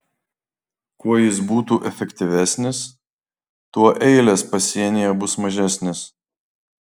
kuo jis būtų efektyvesnis tuo eilės pasienyje bus mažesnės